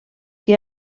que